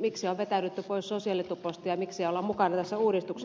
miksi on vetäydytty pois sosiaalituposta ja miksi ei olla mukana tässä uudistuksessa